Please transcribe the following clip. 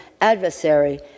adversary